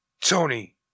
Tony